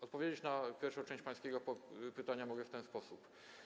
Odpowiedzieć na pierwszą część pańskiego pytania mogę w ten sposób: